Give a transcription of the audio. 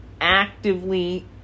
actively